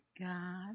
God